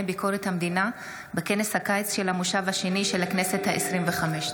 ביקורת המדינה בכנס הקיץ של המושב השני של הכנסת העשרים-וחמש.